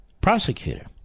prosecutor